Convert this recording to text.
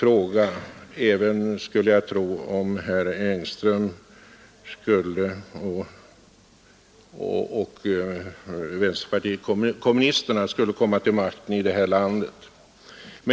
Jag skulle tro att så vore fallet, även om vänsterpartiet kommunisterna skulle komma till makten.